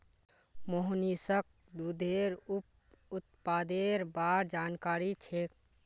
मोहनीशक दूधेर उप उत्पादेर बार जानकारी छेक